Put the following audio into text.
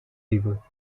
evil